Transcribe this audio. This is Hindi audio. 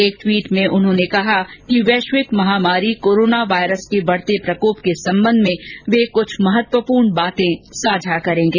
एक ट्वीट में उन्होंने कहा कि वैश्विक महामारी कोरोना वायरस के बढते प्रकोप के संबंध में वे कुछ महत्वपूर्ण बातें साझा करेंगे